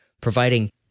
providing